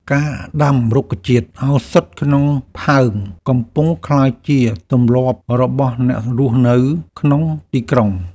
ការដាំរុក្ខជាតិឱសថក្នុងផើង កំពុងក្លាយជាទម្លាប់របស់អ្នករស់នៅក្នុងទីក្រុង។